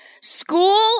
School